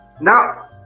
Now